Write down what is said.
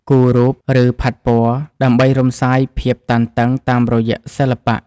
គូររូប ឬផាត់ពណ៌ ដើម្បីរំសាយភាពតានតឹងតាមរយៈសិល្បៈ។